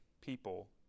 people